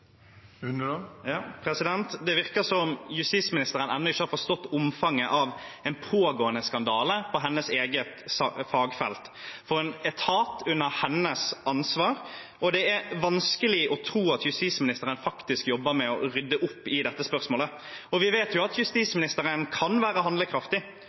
Det virker som justisministeren ennå ikke har forstått omfanget av en pågående skandale på hennes eget fagfelt, for en etat under hennes ansvar, og det er vanskelig å tro at justisministeren faktisk jobber med å rydde opp i dette spørsmålet. Vi vet jo at justisministeren kan være handlekraftig.